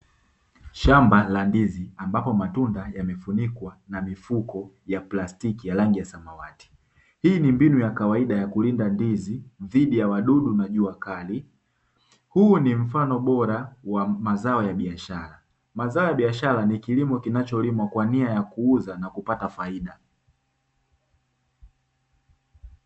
Shamba la ndizi, ambapo matunda yamefunikwa na mifuko ya plastiki ya rangi ya samawati. Hii ni mbinu ya kawaida ya kulinda ndizi dhidi ya wadudu na jua kali. Huu ni mfano bora wa mazao ya biashara. Mazao ya biashara ni kilimo kinacholimwa kwa nia ya kuuza na kupata faida.